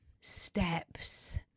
steps